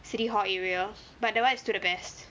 city hall area but that [one] is still the best